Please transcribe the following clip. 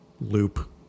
loop